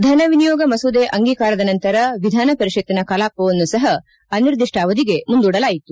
ಧನ ವಿನಿಯೋಗ ಮಸೂದೆ ಅಂಗೀಕಾರದ ನಂತರ ವಿಧಾನ ಪರಿಷತ್ತಿನ ಕಲಾಪವನ್ನು ಸಹ ಅನಿರ್ದಿಷ್ಟಾವಧಿಗೆ ಮುಂದೂಡಲಾಯಿತು